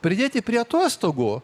pridėti prie atostogų